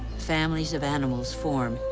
families of animals form,